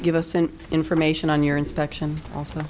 give us an information on your inspection also